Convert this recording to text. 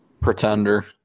Pretender